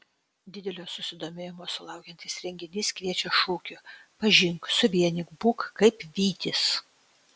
didelio susidomėjimo sulaukiantis renginys kviečia šūkiu pažink suvienyk būk kaip vytis